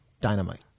Dynamite